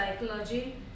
Psychology